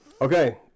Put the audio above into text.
Okay